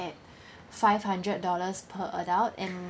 at five hundred dollars per adult and